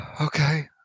Okay